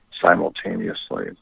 simultaneously